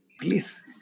Please